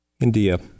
India